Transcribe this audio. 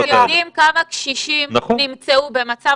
אתם יודעים כמה קשישים נמצאו במצב